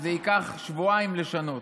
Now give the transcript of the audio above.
שזה ייקח שבועיים לשנות.